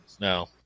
No